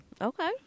Okay